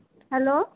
hello